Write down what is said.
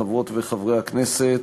חברות וחברי הכנסת,